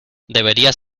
deberías